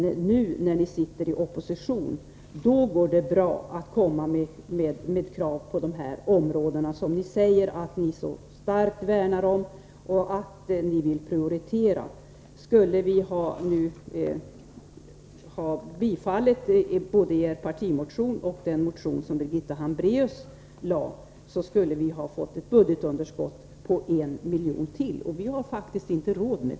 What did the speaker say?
Nu när ni sitter i opposition går det bra att komma med krav på de här områdena, som ni säger att ni så starkt värnar om och vill prioritera. Men skulle vi nu bifalla både er partimotion och den motion som Birgitta Hambraeus har väckt, då skulle vi få ett budgetunderskott på en miljon till, och det har vi faktiskt inte råd med.